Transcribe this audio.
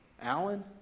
Alan